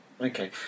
Okay